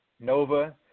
Nova